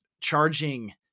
charging